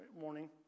morning